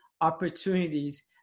opportunities